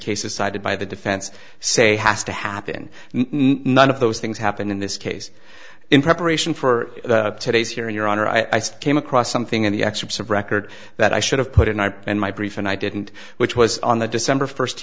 cited by the defense say has to happen none of those things happened in this case in preparation for today's hearing your honor i said came across something in the excerpts of record that i should have put it in my brief and i didn't which was on the december first